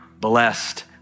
blessed